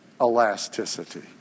elasticity